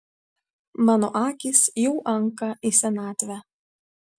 mano akys jau anka į senatvę